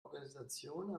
organisation